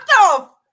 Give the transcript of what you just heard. off